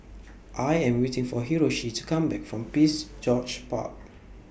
I Am waiting For Hiroshi to Come Back from Prince George's Park